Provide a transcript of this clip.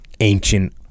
ancient